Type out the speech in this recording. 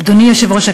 אדוני היושב-ראש,